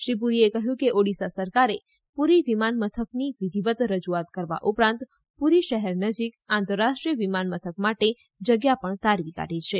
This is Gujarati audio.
શ્રી પુરીએ કહ્યું કે ઓડીશા સરકારે પુરી વિમાનમથકની વિધીવત રજુઆત કરવા ઉપરાંત પુરી શહેર નજીક આંતરરાષ્ટ્રીય વિમાનમથક માટે જગ્યા પણ તારવી કાઢી છે